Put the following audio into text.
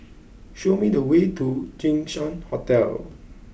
show me the way to Jinshan Hotel